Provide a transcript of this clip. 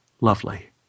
Lovely